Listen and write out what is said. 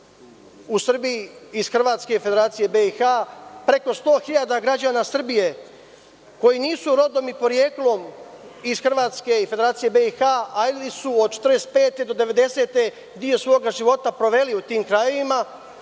u Srbiji iz Hrvatske i Federacije BiH, preko 100.000 građana Srbije koji nisu rodom ni poreklom iz Hrvatske i Federacije BiH, ali su od 1945. do 1990. godine deo svog života proveli u tim krajevima